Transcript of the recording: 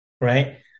right